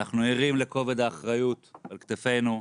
אנחנו ערים לכובד האחריות על כתפינו.